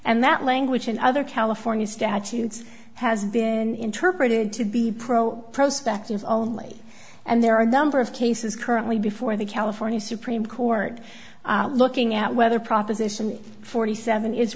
and that language and other california statutes has been interpreted to be pro prospect use only and there are a number of cases currently before the california supreme court looking at whether proposition forty seven is